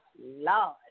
Lord